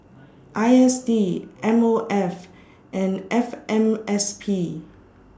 I S D M O F and F M S P